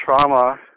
trauma